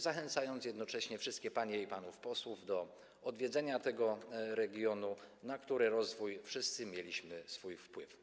Zachęcam jednocześnie wszystkie panie i panów posłów do odwiedzenia tego regionu, na którego rozwój wszyscy mieliśmy wpływ.